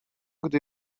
gdy